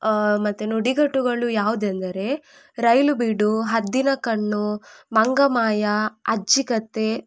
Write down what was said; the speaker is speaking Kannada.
ಮತ್ತೆ ನುಡಿಗಟ್ಟುಗಳು ಯಾವುದೆಂದರೆ ರೈಲುಬಿಡು ಹದ್ದಿನ ಕಣ್ಣು ಮಂಗಮಾಯ ಅಜ್ಜಿ ಕತೆ